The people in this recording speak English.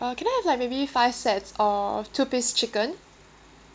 uh can I have like maybe five sets of two piece chicken